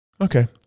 okay